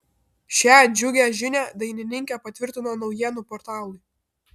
šią džiugią žinią dainininkė patvirtino naujienų portalui